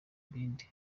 ibindi